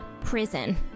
prison